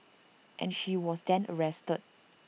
and she was then arrested